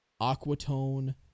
Aquatone